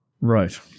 right